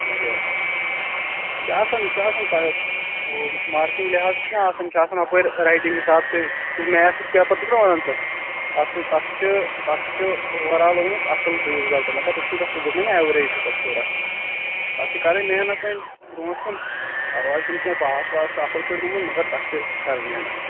اچھا یہِ چھُ آسان یہِ چھُ آسان مارکِنٛگ لیہٚذا چھُنہٕ آسان یہِ چھُ آسان ہُپٲرۍ رایٹِنٛگ حِساب تہٕ یُس میٚتھُک پیٚپر چھُکھ نا وَنان ژٕ تتھ چھُ تتھ چھُ تتھ چھُ اور آل گوٚمُت اصٕل رِزلٹ مَگر ژےٚ چھُو تتھ دوٚپمَے نا ایٚوریج چھُ تتھ تھوڑا اتھ چھِ کَرٕنۍ محنت وۅنۍ برٛونٛٹھ کُن پَرواے چھُنہٕ کیٚنٛہہ پاس واس چھُ اصٕل پٲٹھۍ گوٚمُت مَگر تتھ چھِ کَرٕنۍ محنت